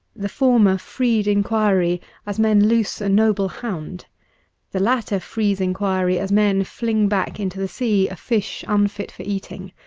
the former freed inquiry as men loose a noble hound the latter frees inquiry as men fling back into the sea a fish unfit for eating.